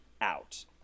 out